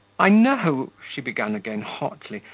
i know she began again hotly,